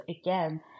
again